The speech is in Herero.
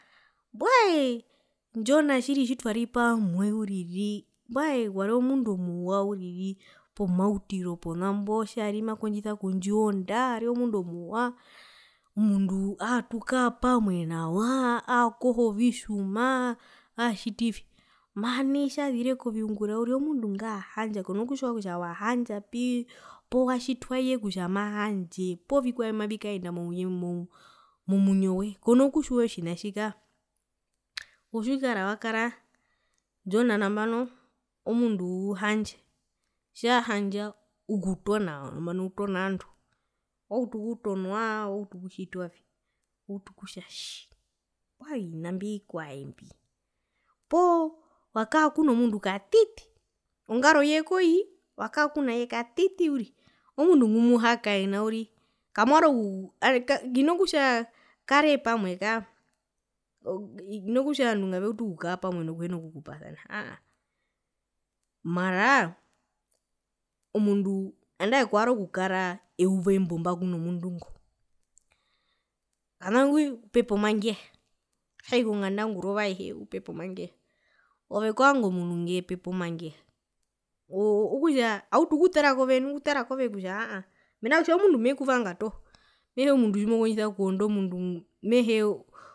Mbwaee johna tjiri tjitwari pamwe uriri mbwae wari omundu omuwa pomautiro tjari makondjisa okundjiwondaa yari omunduomuwa omundu aatukakara pamwe nawaa aakoho vitjumaa atjitivi mara nai tjazire koviungura uriri omundu ngaa handja kona kutjiwa kutja wahandjapi poo watjitwa iye kutja mahandje poo vikwae mbimavikaenda mouye momwinyowe kona kutjiwa otjina tji kaa posia utjikara wakara johna nambano omundu uhandja tjahandja ukutona nambano utona ovandu wautu okutonwa wautu okutjitwavi wautu okutja tjii mbwae ovina mbi ovikwae mbi poo wakaa kuno mundu katiti ongaroye koyii wakaa kunaye katiti uriri kamwarora okuu hina kutja karee pamwe kako hina kutja ovandu ngaveute okukara pamwe nokuhina kukupasana aa mara omundu andae koyarora okukaraa eyuva embomba kuno mundu ngo kana ngwi upepa omangeha tjikonganda ngurova aihe upepa omangeha ove kovanga omundu ngupepa omangeha oo okutja autu okutara kove nu mena kutja omundu mekuvanga toho mehee omundu tjimokondjisa okuwonda omundu mehee